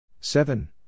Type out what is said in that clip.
Seven